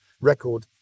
record